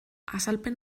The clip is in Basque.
azalpen